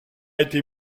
été